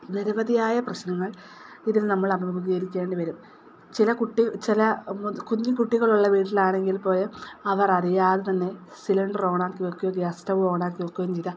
നിരവധിയായ പ്രശ്നങ്ങൾ ഇതിൽ നമ്മൾ അഭിമുഖീകരിക്കേണ്ടിവരും ചില കുട്ടി ചില കുഞ്ഞ് കുട്ടികൾ ഉള്ള വീട്ടിൽ ആണെങ്കിൽപ്പോലും അവർ അറിയാതെ തന്നെ സിലിണ്ടർ ഓൺ ആക്കി വയ്ക്കുകയോ ഗ്യാസ് സ്റ്റവ് ഓൺ ആക്കി വയ്ക്കുകയും ചെയ്താൽ